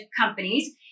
companies